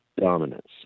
dominance